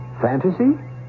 Fantasy